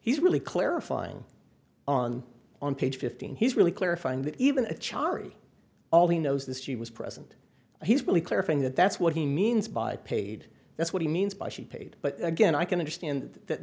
he's really clarifying on on page fifteen he's really clarifying that even a chary all he knows this she was present he's really clarifying that that's what he means by paid that's what he means by she paid but again i can understand that